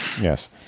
Yes